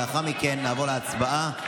לאחר מכן נעבור להצבעה.